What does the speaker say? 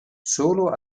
solo